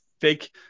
fake